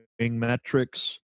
metrics